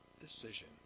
decision